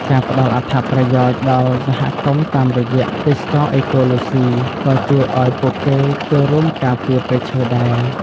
ការផ្តល់អត្ថប្រយោជន៍ដល់សហគមន៍តាមរយៈទេសចរណ៍អេកូឡូស៊ី ក៏ជួយឲ្យពួកគេចូលរួមការពារព្រៃឈើដែរ។